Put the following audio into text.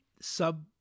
sub